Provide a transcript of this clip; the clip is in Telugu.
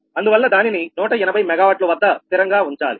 అందువల్ల దానిని 180 MW వద్ద స్థిరంగా ఉంచాలి